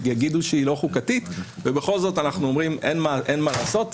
יגידו שהיא לא חוקתית ובכל זאת אנחנו אומרים שאין מה לעשות,